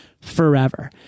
forever